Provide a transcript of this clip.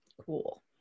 Cool